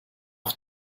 auf